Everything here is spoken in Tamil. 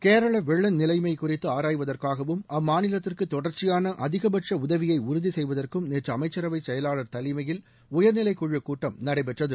கேரளா வெள்ள நிலைமை குறித்து ஆராய்வதற்காகவும் அம்மாநிலத்திற்கு தொடர்ச்சியான அதிகபட்ச உதவியை உறுதிசெய்வதற்கும் நேற்று அமைச்சரவை செயலாளர் தலைமையில் உயர்நிலைக்குழுக் கூட்டம் நடைபெற்றது